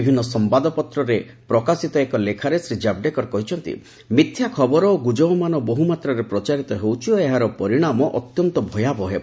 ବିଭିନ୍ନ ସମ୍ଭାଦପତ୍ରରେ ପ୍ରକାଶିତ ଏକ ଲେଖାରେ ଶ୍ରୀ ଜାଭଡେକର କହିଛନ୍ତି ମିଥ୍ୟା ଖବର ଓ ଗ୍ରଜବମାନ ବହ୍ରମାତ୍ରାରେ ପ୍ରଚାରିତ ହେଉଛି ଓ ଏହାର ପରିଣାମ ଅତ୍ୟନ୍ତ ଭୟାବହ ହେବ